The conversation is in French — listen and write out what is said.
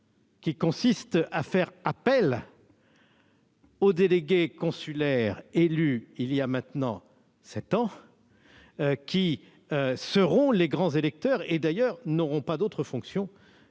consistant à faire appel aux délégués consulaires élus voilà maintenant sept ans, qui seront les grands électeurs et n'auront d'ailleurs pas d'autre fonction